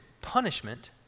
punishment